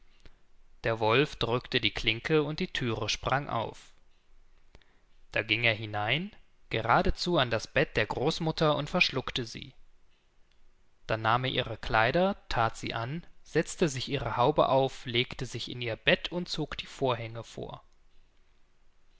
der wolf drückte an der klinke und die thüre sprang auf da ging er hinein geradezu an das bett der großmutter und verschluckte sie dann nahm er ihre kleider that sie an setzte sich ihre haube auf legte sich in ihr bett und zog die vorhänge vor